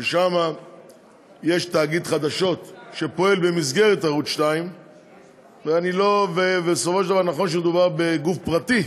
ששם יש תאגיד חדשות שפועל במסגרת ערוץ 2. נכון שמדובר בגוף פרטי,